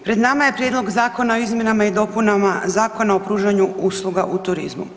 Pred nama je Prijedlog zakona o izmjenama i dopunama Zakona o pružanju usluga u turizmu.